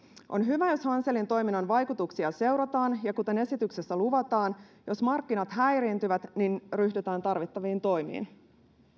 on hyvä jos hanselin toiminnan vaikutuksia seurataan ja kuten esityksessä luvataan jos markkinat häiriintyvät niin ryhdytään tarvittaviin toimiin